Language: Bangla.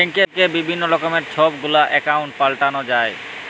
ব্যাংকে বিভিল্ল্য রকমের ছব গুলা একাউল্ট পাল্টাল যায়